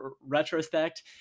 retrospect